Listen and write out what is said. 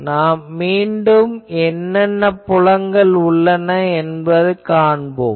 நாம் மீண்டும் என்னென்ன புலங்கள் உள்ளன என்று எழுதுவோம்